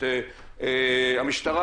את המשטרה,